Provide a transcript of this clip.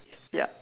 ya